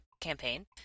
campaign